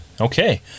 Okay